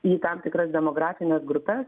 į tam tikras demografines grupes